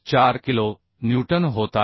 4 kilo newton होत आहे